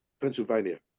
pennsylvania